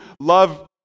love